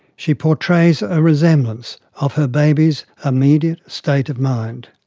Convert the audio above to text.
she portrays a resemblance of her baby's immediate state of mind.